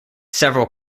several